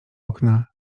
okna